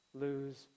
lose